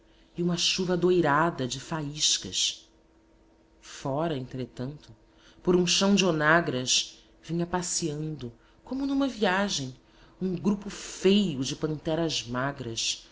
e uma chuva doirada de faíscas fora entretanto por um chão de onagras vinha passeando como numa viagem um grupo feio de panteras magras